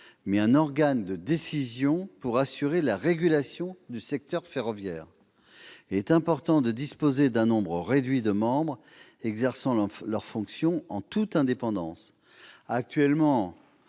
mais un organe de décision pour assurer la régulation du secteur ferroviaire. Il est important de disposer d'un nombre réduit de membres exerçant leur fonction en toute indépendance. Le collège